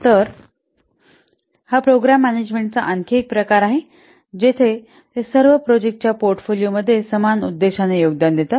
तर हा प्रोग्राम मॅनेजमेंटचा आणखी एक प्रकार आहे जिथे ते सर्व प्रोजेक्टच्या पोर्टफोलिओमध्ये समान उद्देशाने योगदान देतात